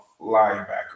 linebacker